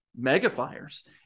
megafires